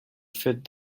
fit